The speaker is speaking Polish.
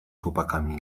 chłopakami